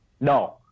No